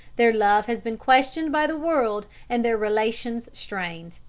their love has been questioned by the world, and their relations strained.